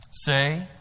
say